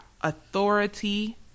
authority